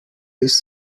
list